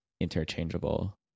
interchangeable